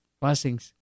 Blessings